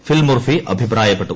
ഫിൽ Murphy അഭിപ്രായപ്പെട്ടു